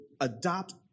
adopt